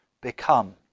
become